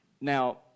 Now